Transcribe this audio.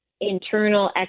internal